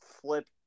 flip